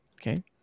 Okay